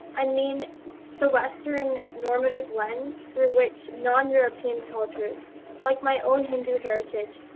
i mean the western normative lens through which non-european countries, like my own hindu heritage,